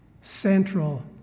central